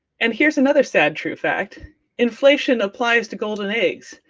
and here's another sad true fact inflation applies to golden eggs.